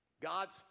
God's